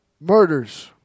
Murders